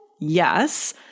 Yes